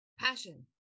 Passion